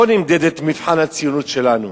פה זה נמדד, מבחן הציונות שלנו.